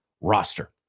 roster